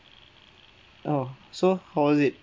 oh so how was it